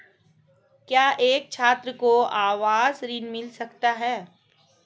क्या एक छात्र को आवास ऋण मिल सकता है?